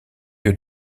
lieu